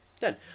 Done